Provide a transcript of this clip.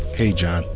hey, john.